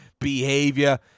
behavior